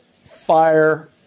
Fire